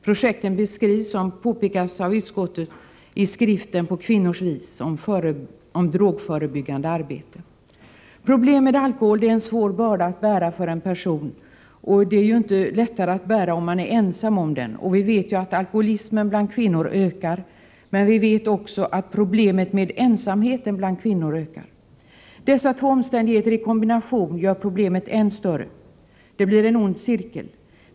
Projekten beskrivs, som påpekas av utskottet, i skriften ”På kvinnors vis — Om drogförebyggande arbete”. Problem med alkohol är en svår börda att bära för en person, och den är ju inte lättare att bära om man är ensam om den. Vi vet att alkoholismen bland kvinnor ökar, men också att problemet med ensamheten bland kvinnor ökar. Dessa två omständigheter i kombination gör problemet än större. Det blir en ond cirkel.